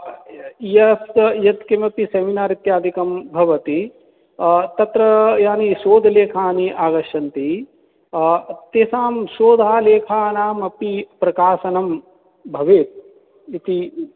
यस्य यत्किमपि सेमिनार् इत्यादिकं भवति तत्र यानि शोधलेखनानि आगच्छन्ति तेषां शोधलेखानाम् अपि प्रकाशनं भवेत् इति